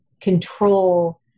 control